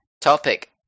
topic